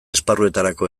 esparruetarako